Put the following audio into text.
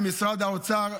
ולמשרד האוצר.